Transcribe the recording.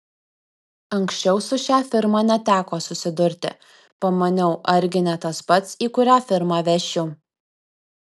anksčiau su šia firma neteko susidurti pamaniau argi ne tas pats į kurią firmą vešiu